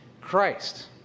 Christ